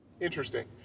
Interesting